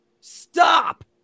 Stop